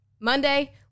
Monday